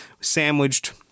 sandwiched